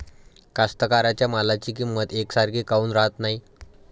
कास्तकाराइच्या मालाची किंमत यकसारखी काऊन राहत नाई?